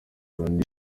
loni